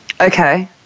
Okay